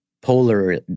polar